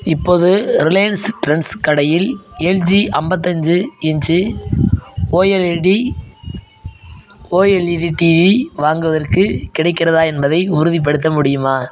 இப்போது Reliance Trends கடையில் LG ஐம்பத்தஞ்சி இன்ச்சி ஓஎல்இடி ஓஎல்இடி டிவி வாங்குவதற்கு கிடைக்கிறதா என்பதை உறுதிப்படுத்த முடியுமா